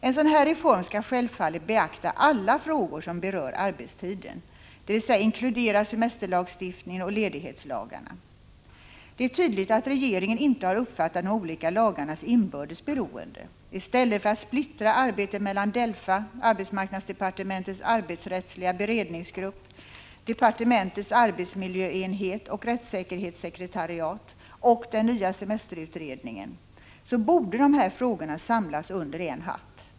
En sådan här reform skall självfallet beakta alla frågor som berör arbetstiden, dvs. inkludera semesterlagstiftningen och ledighetslagarna. Det är tydligt att regeringen inte har uppfattat de olika lagarnas inbördes beroende. I stället för att splittra arbetet mellan DELFA, arbetsmarknadsdepartementets arbetsrättsliga beredningsgrupp, departementets arbetsmiljöenhet, rättssekretariatet och den nya semesterutredningen, borde de här frågorna samlas under en hatt.